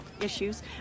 issues